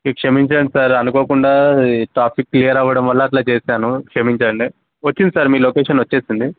మీరు క్షమించేయండి సార్ అనుకోకుండా ట్రాఫిక్ క్లియర్ అవ్వడం వల్ల అట్లా చేశాను క్షమించండి వచ్చింది సార్ మీ లొకేషన్ వచ్చేసింది